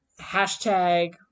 hashtag